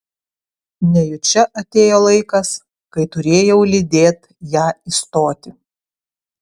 nejučia atėjo laikas kai turėjau lydėt ją į stotį